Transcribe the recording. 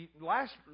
last